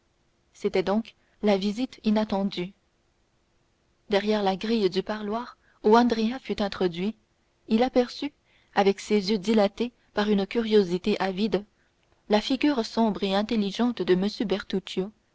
c'était donc la visite inattendue derrière la grille du parloir où andrea fut introduit il aperçut avec ses yeux dilatés par une curiosité avide la figure sombre et intelligente de